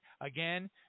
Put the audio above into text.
again